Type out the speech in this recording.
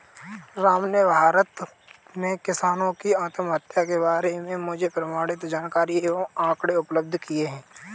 राम ने भारत में किसानों की आत्महत्या के बारे में मुझे प्रमाणित जानकारी एवं आंकड़े उपलब्ध किये